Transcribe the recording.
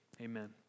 Amen